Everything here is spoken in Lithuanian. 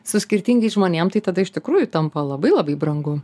su skirtingais žmonėm tai tada iš tikrųjų tampa labai labai brangu